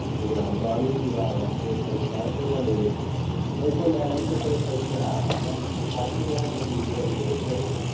ਉਹ ਯਾਰ ਬਾਹਲੀ ਸਿਰਾ ਯਾਰ ਤੂੰ ਇੱਕ ਵਾਰ ਪੜ੍ਹ ਕੇ ਤਾਂ ਦੇਖ ਮੇਰੇ ਕੋਲ ਲੈ ਜਾਈਂ ਮੇਰੇ ਕੋਲ ਪਈ ਆ ਮੈਂ ਹੁਣ ਪੜ੍ਹ ਲਈ ਆ ਹੁਣ ਮੈਂ ਦੂਜੀ ਵਾਰ ਫਿਰ ਪੜੂਗਾ